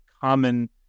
common